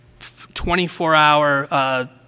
24-hour